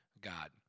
God